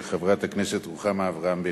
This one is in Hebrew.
של חברת הכנסת רוחמה אברהם-בלילא.